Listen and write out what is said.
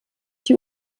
die